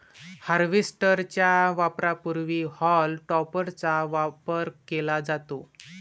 harvester च्या वापरापूर्वी हॉल टॉपरचा वापर केला जातो